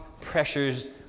pressures